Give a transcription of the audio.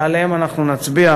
שעליהם אנחנו נצביע